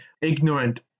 ignorant